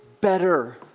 better